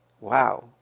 Wow